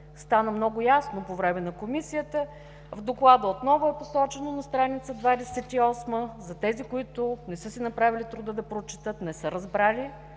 стана много ясно по време на Комисията – в Доклада отново е посочено на страница 28 за тези, които не са си направили труда да прочетат или не са разбрали.